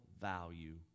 value